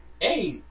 hey